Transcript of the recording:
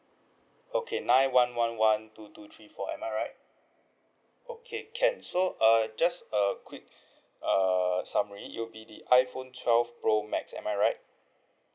okay nine one one one two two three four am I right okay can so uh just uh quick uh summary it'll be the iphone twelve pro max am I right